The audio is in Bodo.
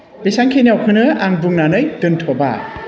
बेसांखिनिखौनो आं बुंनानै दोन्थ'बाय